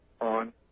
on